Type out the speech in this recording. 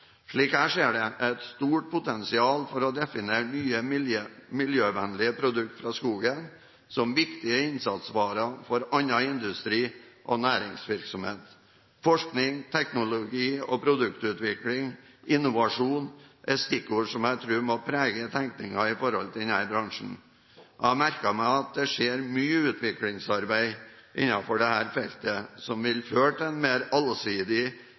Slik jeg ser det, er det et stort potensial for å definere nye, miljøvennlige produkter fra skogen, som viktige innsatsvarer for annen industri og næringsvirksomhet. Forskning, teknologi- og produktutvikling, innovasjon, er stikkord som jeg tror må prege tenkningen innenfor denne bransjen. Jeg har merket meg at det skjer mye utviklingsarbeid innenfor dette feltet som vil føre til en mer allsidig